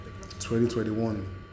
2021